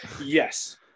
yes